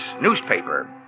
Newspaper